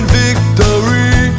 victory